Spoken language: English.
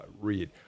read